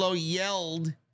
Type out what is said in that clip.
yelled